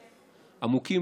עמוקים,